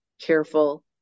careful